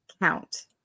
count